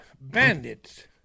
bandits